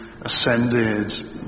ascended